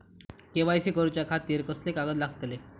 KYC करूच्या खातिर कसले कागद लागतले?